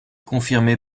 confirmer